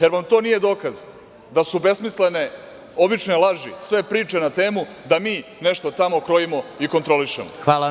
Da li vam to nije dokaz da su besmislene obične laži, sve priče na temu da mi nešto tamo krojimo i kontrolišemo.